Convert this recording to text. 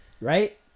right